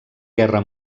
guerra